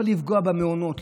אבל לפגוע במעונות,